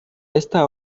esta